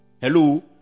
hello